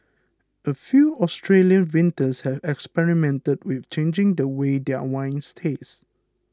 a few Australian vintners have experimented with changing the way their wines taste